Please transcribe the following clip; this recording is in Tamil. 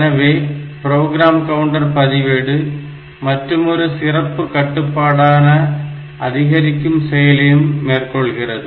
எனவே ப்ரோக்ராம் கவுண்டர் பதிவேடு மற்றுமொரு சிறப்பு கட்டுப்பாடான அதிகரிக்கும் செயலையும் மேற்கொள்கிறது